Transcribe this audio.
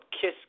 Kiss